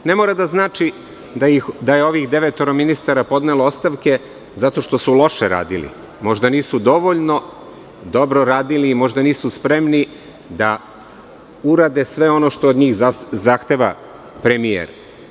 Ne mora da znači da je ovih devetoro ministara podnelo ostavke zato što su loše radili, možda nisu dovoljno dobro radili i možda nisu spremni da urade sve ono što od njih zahteva premijer.